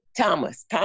Thomas